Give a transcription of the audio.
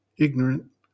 ignorant